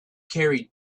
carried